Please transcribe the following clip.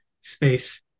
space